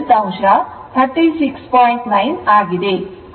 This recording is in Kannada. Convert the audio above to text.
8 ನಿಂದ ಹಿಂದೆ ಇದೆ